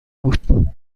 بود